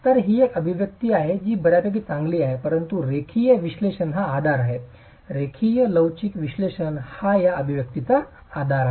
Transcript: तर ही एक अभिव्यक्ती आहे जी बर्यापैकी चांगली आहे परंतु रेखीय विश्लेषण हा आधार आहे रेखीय लवचिक विश्लेषण हाच या अभिव्यक्तीचा आधार आहे